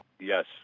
Yes